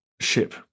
ship